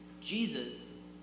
Jesus